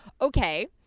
Okay